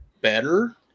better